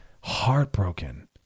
Heartbroken